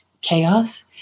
chaos